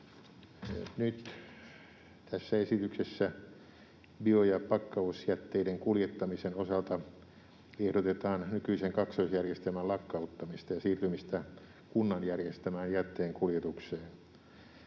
Nyt tässä esityksessä bio- ja pakkausjätteiden kuljettamisen osalta ehdotetaan nykyisen kaksoisjärjestelmän lakkauttamista ja siirtymistä kunnan järjestämään jätteenkuljetukseen.